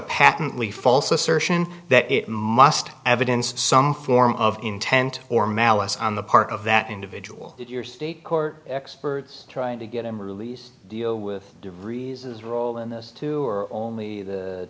patently false assertion that it must evidence some form of intent or malice on the part of that individual your state court experts trying to get them released deal with the reasons roll in those two are only t